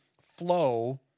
flow